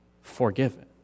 forgiven